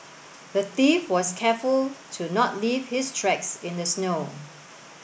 the thief was careful to not leave his tracks in the snow